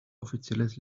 offizielles